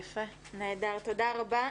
יפה, נהדר, תודה רבה.